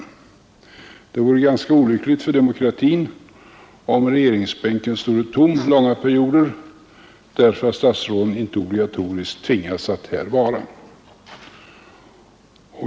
Det vore ganska olyckligt för demokratin om regeringsbänken stode tom långa perioder därför att statsråden inte obligatoriskt tvingas att närvara.